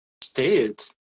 stayed